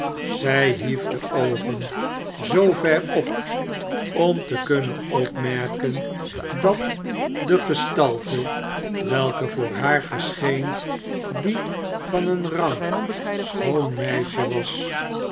zij hief de oogen zoover op om te kunnen opmerken dat de gestalte welke voor haar verscheen die van een rank schoon meisje was